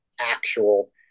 actual